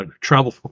travel